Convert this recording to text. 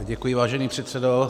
Děkuji, vážený předsedo.